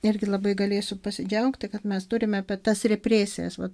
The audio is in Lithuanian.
netgi labai galėsiu pasidžiaugti kad mes turime apie tas represijas vat